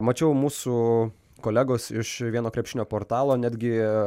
mačiau mūsų kolegos iš vieno krepšinio portalo netgi